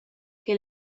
che